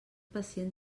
pacient